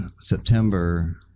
september